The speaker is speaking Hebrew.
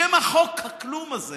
בשם חוק הכלום הזה